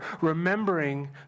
Remembering